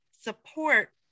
support